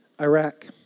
Iraq